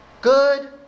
good